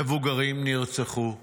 מבוגרים נרצחו,